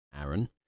Aaron